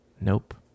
Nope